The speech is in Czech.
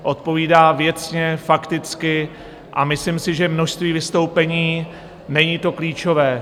Odpovídá věcně, fakticky a myslím si, že množství vystoupení není to klíčové.